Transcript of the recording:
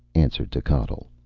answered techotl.